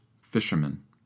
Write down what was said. fisherman